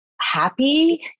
happy